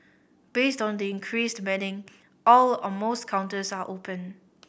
based on the increased manning all or most counters are open